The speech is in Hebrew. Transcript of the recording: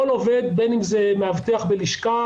כל עובד בין אם זה מאבטח בלשכה,